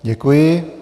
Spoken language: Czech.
Děkuji.